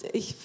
ich